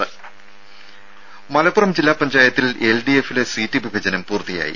രുര മലപ്പുറം ജില്ലാ പഞ്ചായത്തിൽ എൽഡിഎഫിലെ സീറ്റ് വിഭജനം പൂർത്തിയായി